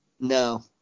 No